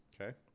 Okay